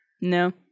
No